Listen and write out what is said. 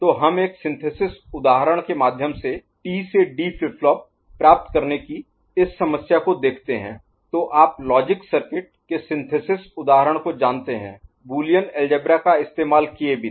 तो हम एक सिंथेसिस उदाहरण के माध्यम से टी से डी फ्लिप फ्लॉप प्राप्त करने की इस समस्या को देखते हैं तो आप लॉजिक सर्किट के सिंथेसिस उदाहरण को जानते हैं बूलियन अलजेब्रा का इस्तेमाल किये बिना